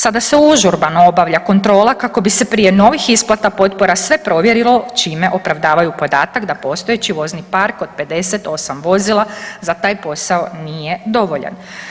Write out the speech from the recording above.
Sada se užurbano obavlja kontrola kako bi se prije novih isplata potpora sve provjerilo čime opravdavaju podatak da postojeći vozni park od 58 vozila za taj posao nije dovoljan.